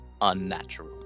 unnatural